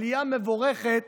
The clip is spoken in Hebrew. עלייה מבורכת